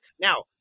Now